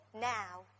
now